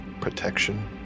protection